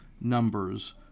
numbers